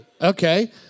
Okay